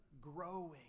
growing